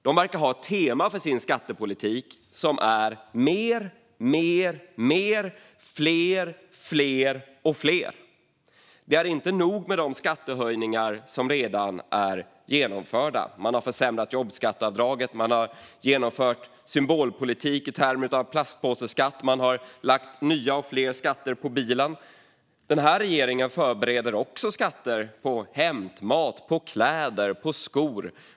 Den verkar ha ett tema för sin skattepolitik som är mer, mer, mer, fler, fler och fler. Det är inte nog med de skattehöjningar som redan är genomförda, utan man har försämrat jobbskatteavdraget, man har genomfört symbolpolitik i termer av plastpåseskatt och man har lagt nya och fler skatter på bilen. Den här regeringen förbereder också skatter på hämtmat, kläder och skor.